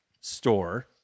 store